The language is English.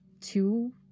two